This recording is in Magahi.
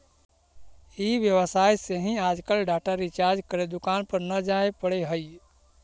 ई व्यवसाय से ही आजकल डाटा रिचार्ज करे दुकान पर न जाए पड़ऽ हई